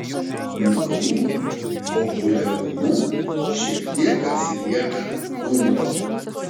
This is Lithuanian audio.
nuo jų populiarumu šiek tiek atsilieka dunlop